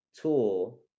tool